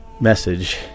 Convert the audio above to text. message